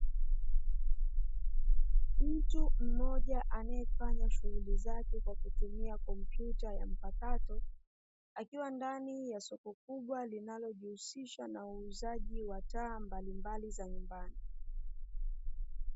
Mtu mmoja anaefanya shughuli zake kwa kutumia kompyuta ya mpakato, akiwa ndani ya soko kubwa ambalo linalojihusisha na uuzaji wa taa mbalimbali za nyumbani.